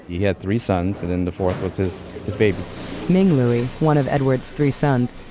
he had three sons and then the fourth was his his baby ming louie, one of edward's three sons,